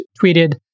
tweeted